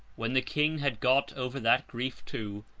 when the king had got over that grief too,